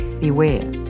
Beware